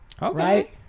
right